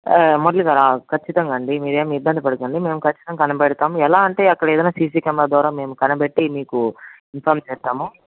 మురళీ గారు ఖచ్చితంగా అండి మీరేం ఇబ్బంది పడకండి మేము ఖచ్చితంగా కనిపెడతాం ఎలా అంటే అక్కడ ఏదన్న సీసీ కెమెరా ద్వారా కనిపెట్టి మీకు ఇన్ఫర్మ్ చేస్తాము